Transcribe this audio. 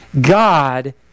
God